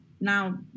now